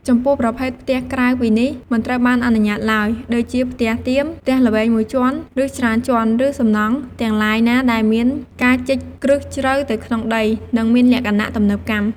ចំពោះប្រភេទផ្ទះក្រៅពីនេះ មិនត្រូវបានអនុញ្ញាតឡើយ ដូចជាផ្ទះតៀម ផ្ទះល្វែងមួយជាន់ ឬច្រើនជាន់ ឬសំណង់ទាំងឡាយណាដែលមានការជីកគ្រឹះជ្រៅទៅក្នុងដី និងមានលក្ខណៈទំនើបកម្ម។